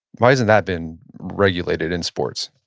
why hasn't that been regulated in sports?